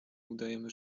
udajemy